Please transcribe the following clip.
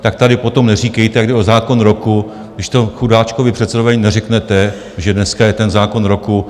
Tak tady potom neříkejte, že jde o zákon roku, když to chudáčkovi předsedovi ani neřeknete, že dneska je ten zákon roku.